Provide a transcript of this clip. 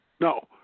no